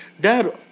dad